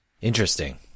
Interesting